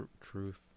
Truth